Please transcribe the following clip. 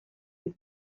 his